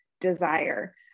desire